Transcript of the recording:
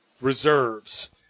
Reserves